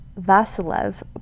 Vasilev